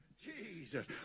Jesus